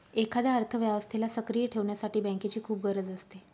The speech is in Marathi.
एखाद्या अर्थव्यवस्थेला सक्रिय ठेवण्यासाठी बँकेची खूप गरज असते